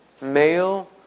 male